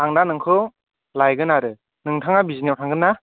आं दा नोंखौ लायगोन आरो नोंथाङा बिजिनियाव थांगोन ना